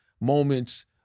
moments